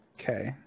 Okay